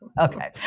okay